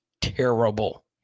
Terrible